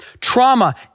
Trauma